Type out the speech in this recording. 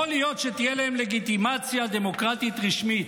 יכול להיות שתהיה להם לגיטימציה דמוקרטית רשמית,